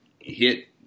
hit